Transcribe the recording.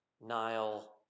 Nile